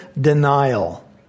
denial